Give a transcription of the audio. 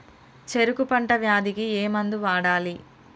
చెరుకు పంట వ్యాధి కి ఏ మందు వాడాలి?